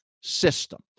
system